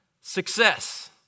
Success